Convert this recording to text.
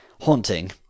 haunting